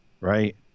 right